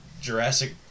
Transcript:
Jurassic